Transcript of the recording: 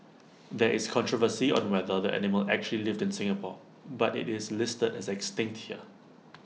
there is controversy on whether the animal actually lived in Singapore but IT is listed as extinct here